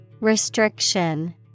Restriction